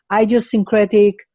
idiosyncratic